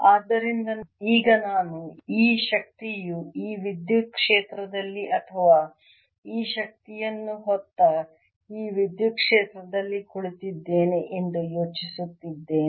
ಆದ್ದರಿಂದ ಈಗ ನಾನು ಈ ಶಕ್ತಿಯು ಈ ವಿದ್ಯುತ್ ಕ್ಷೇತ್ರದಲ್ಲಿ ಅಥವಾ ಈ ಶಕ್ತಿಯನ್ನು ಹೊತ್ತ ಈ ವಿದ್ಯುತ್ ಕ್ಷೇತ್ರದಲ್ಲಿ ಕುಳಿತಿದ್ದೇನೆ ಎಂದು ಯೋಚಿಸುತ್ತಿದ್ದೇನೆ